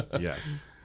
Yes